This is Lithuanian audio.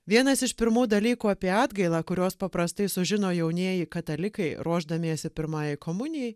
vienas iš pirmų dalykų apie atgailą kuriuos paprastai sužino jaunieji katalikai ruošdamiesi pirmajai komunijai